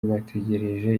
bategereje